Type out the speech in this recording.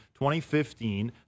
2015